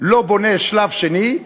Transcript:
לא בונה שלב שני,